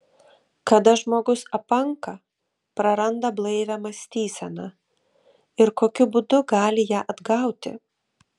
kada žmogus apanka praranda blaivią mąstyseną ir kokiu būdu gali ją atgauti